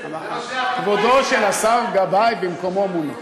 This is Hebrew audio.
כבודו של השר גבאי במקומו מונח,